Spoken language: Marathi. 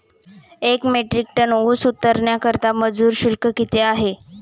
एक मेट्रिक टन ऊस उतरवण्याकरता मजूर शुल्क किती आहे?